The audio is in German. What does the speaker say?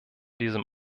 diesem